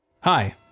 Hi